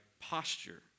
posture